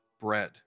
bread